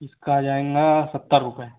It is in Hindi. इसका आ जाएगा सत्तर रुपये